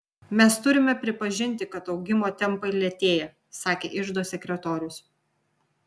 mes turime pripažinti kad augimo tempai lėtėja sakė iždo sekretorius